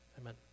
Amen